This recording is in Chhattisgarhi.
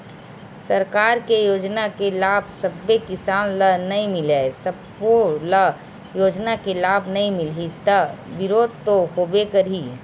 सरकार के योजना के लाभ सब्बे किसान ल नइ मिलय, सब्बो ल योजना के लाभ नइ मिलही त बिरोध तो होबे करही